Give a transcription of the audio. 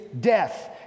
death